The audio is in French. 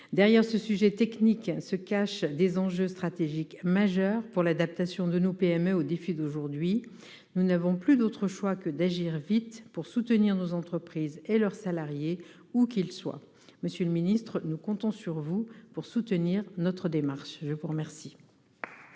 Ce sujet technique recouvre des enjeux stratégiques majeurs pour l'adaptation de nos PME aux défis d'aujourd'hui. Nous n'avons plus d'autre choix que d'agir vite pour soutenir nos entreprises et leurs salariés, où qu'ils soient. Monsieur le ministre, nous comptons sur vous pour soutenir notre démarche. La parole